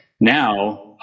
Now